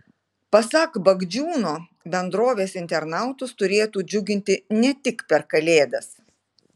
pasak bagdžiūno bendrovės internautus turėtų džiuginti ne tik per kalėdas